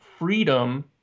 Freedom